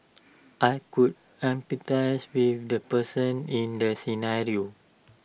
I could empathise with the person in the scenario